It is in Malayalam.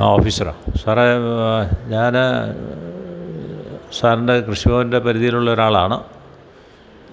ആ ഓഫീസറാ സാറേ ഞാന് സാറിൻ്റെ കൃഷിഭവൻ്റെ പരിധിയിലുള്ളൊരാളാണ്